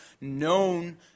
known